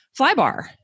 Flybar